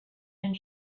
and